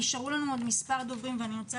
נשארו לנו עוד מספר דוברים ואני רוצה